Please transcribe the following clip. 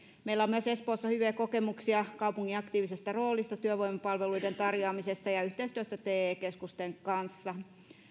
meillä on myös espoossa hyviä kokemuksia kaupungin aktiivisesta roolista työvoimapalveluiden tarjoamisessa ja yhteistyöstä te keskusten kanssa